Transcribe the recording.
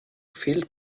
fehlt